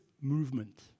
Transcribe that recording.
movement